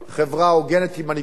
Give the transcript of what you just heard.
חברה הוגנת עם מנהיגות מוסרית,